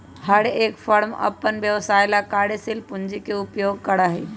हर एक फर्म अपन व्यवसाय ला कार्यशील पूंजी के उपयोग करा हई